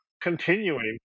continuing